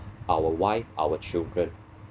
our wife our children